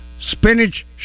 Spinach